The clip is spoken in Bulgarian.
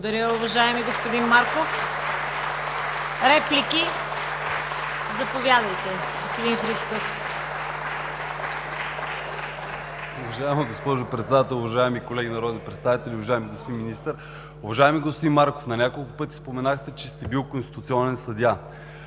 Благодаря, уважаеми господин Марков. Реплики? Заповядайте, господин Христов. МИХАИЛ ХРИСТОВ (БСП за България): Уважаема госпожо Председател, уважаеми колеги народни представители, уважаеми господин Министър! Уважаеми господин Марков, на няколко пъти споменахте, че сте бил конституционен съдия.